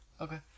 Okay